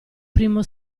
primo